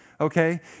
okay